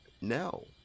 No